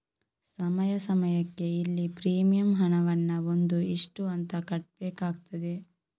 ಸಮಯ ಸಮಯಕ್ಕೆ ಇಲ್ಲಿ ಪ್ರೀಮಿಯಂ ಹಣವನ್ನ ಒಂದು ಇಷ್ಟು ಅಂತ ಕಟ್ಬೇಕಾಗ್ತದೆ